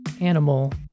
Animal